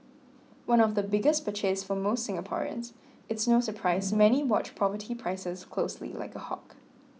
one of the biggest purchase for most Singaporeans it's no surprise many watch property prices closely like a hawks